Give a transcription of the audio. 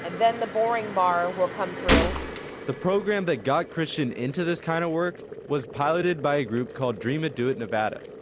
and then the boring bar will come through the program that got christian into this kind of work was piloted by a group called dream it do it nevada.